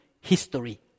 history